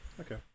okay